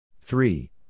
three